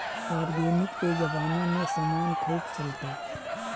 organic ए जबाना में समान खूब चलता